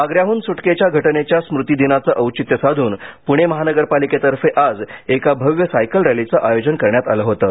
आग्र्याहून सुटकेच्या घटनेच्या स्मृतीदिनाचं औचित्य साधून पुणे महानगरपालिकेतर्फे आज एका भव्य सायकल रॅलीचं आयोजन करण्यात आलं होतं